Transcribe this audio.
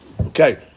Okay